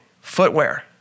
footwear